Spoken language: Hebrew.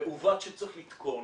מעוות שצריך לתקון